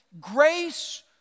grace